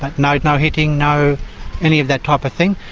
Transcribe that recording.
but no no hitting, no any of that type of thing.